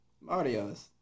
Mario's